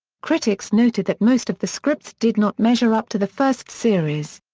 critics noted that most of the scripts did not measure up to the first series.